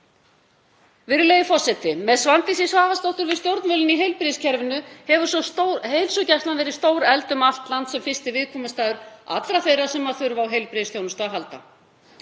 Virðulegi forseti. Með Svandísi Svavarsdóttur við stjórnvölinn í heilbrigðiskerfinu hefur heilsugæslan verið stórefld um allt land sem fyrsti viðkomustaður allra sem þurfa á heilbrigðisþjónustu að halda.